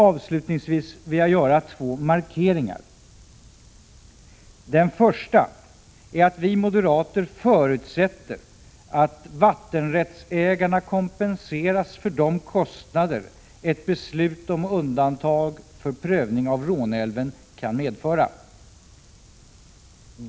Avslutningsvis vill jag göra två markeringar. Den första är att vi moderater förutsätter att vattenrättsägarna kompenseras för de kostnader ett beslut om undantag för prövning av Råneälven kan medföra.